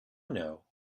know